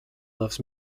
loves